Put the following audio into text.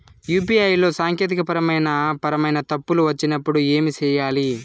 UPI లో సాంకేతికపరమైన పరమైన తప్పులు వచ్చినప్పుడు ఏమి సేయాలి